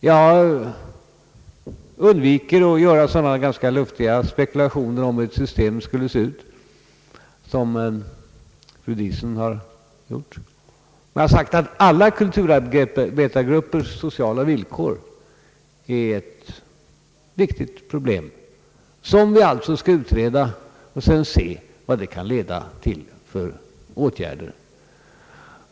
Jag undviker att göra sådana ganska luftiga spekulationer om hur ett system skulle se ut, som fru Diesen har gjort. Hon har sagt att alla kulturarbetargruppers sociala villkor är ett viktigt problem, som vi alltså skall utreda och därefter se vad detta kan leda till för åtgärder.